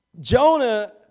Jonah